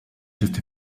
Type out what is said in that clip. just